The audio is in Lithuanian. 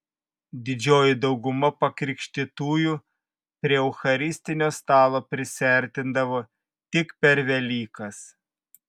didžioji dauguma pakrikštytųjų prie eucharistinio stalo prisiartindavo tik per velykas